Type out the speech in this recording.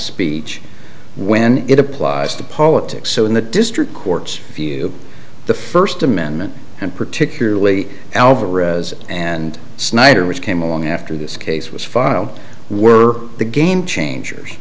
beach when it applies to politics so in the district courts view the first amendment and particularly alvarez and snyder which came along after this case was filed were the game change